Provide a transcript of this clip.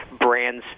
brands